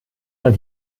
man